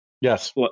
Yes